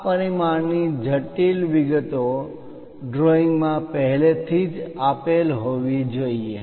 આ પરિમાણની જટિલ વિગતો ડ્રોઇંગ માં પહેલેથી જ આપેલ હોવી જોઈએ